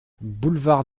boulevard